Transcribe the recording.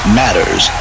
matters